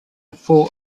four